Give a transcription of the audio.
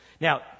Now